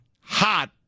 hot